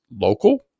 local